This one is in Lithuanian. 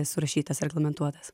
surašytas reglamentuotas